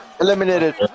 Eliminated